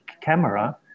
camera